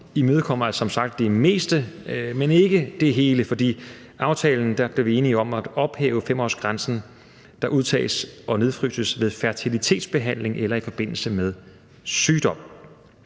imødekommer altså som sagt det meste, men ikke det hele, for i aftalen blev vi enige om at ophæve 5-årsgrænsen for æg, der udtages og nedfryses ved fertilitetsbehandling eller i forbindelse med sygdom.